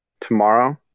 tomorrow